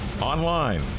online